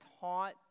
taught